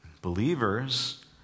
believers